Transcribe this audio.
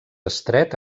estret